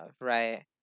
right